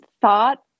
thought